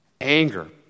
Anger